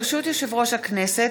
ברשות יושב-ראש הכנסת,